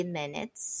minutes